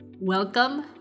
welcome